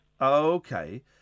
Okay